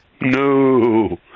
No